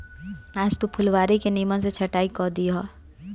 आज तू फुलवारी के निमन से छटाई कअ दिहअ